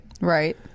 Right